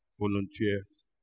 volunteers